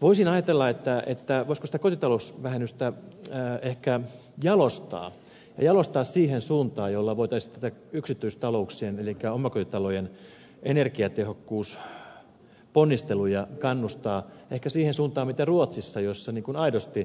voisin ajatella että kotitalousvähennystä voitaisiin ehkä jalostaa siihen suuntaan että voitaisiin yksityistalouksien elikkä omakotitalojen energiatehokkuusponnisteluja kannustaa ehkä siihen suuntaan kuin ruotsissa niin että